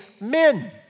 men